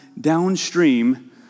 downstream